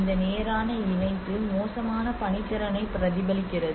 இந்த நேரான இணைப்பு மோசமான பணித்திறனை பிரதிபலிக்கிறது